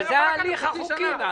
אבל זה ההליך החוקי.